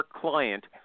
client